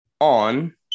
On